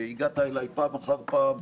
הגעת אלי פעם אחר פעם.